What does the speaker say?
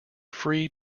free